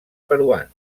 peruans